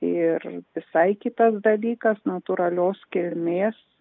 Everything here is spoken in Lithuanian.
ir visai kitas dalykas natūralios kilmės